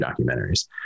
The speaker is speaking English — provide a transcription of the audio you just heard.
documentaries